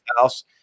house